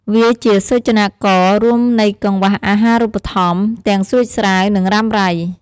វាជាសូចនាកររួមនៃកង្វះអាហារូបត្ថម្ភទាំងស្រួចស្រាវ និងរ៉ាំរ៉ៃ។